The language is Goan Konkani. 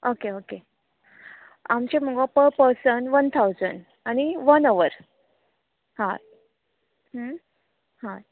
ओके ओके आमचें मुगो पर पर्सन वन थावजंड आनी वन अवर हय हय